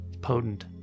potent